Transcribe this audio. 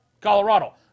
Colorado